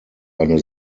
eine